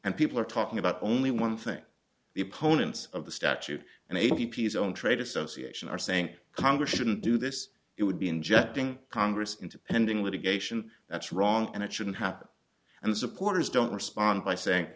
and people are talking about only one thing the opponents of the statue and a t p zone trade association are saying congress shouldn't do this it would be injecting congress into pending litigation that's wrong and it shouldn't happen and the supporters don't respond by saying